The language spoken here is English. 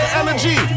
energy